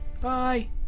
Bye